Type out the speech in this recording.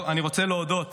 אני רוצה להודות